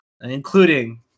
including